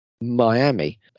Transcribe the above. miami